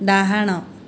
ଡାହାଣ